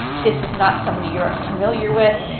this is not somebody you're unfamiliar with.